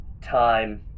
time